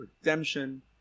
Redemption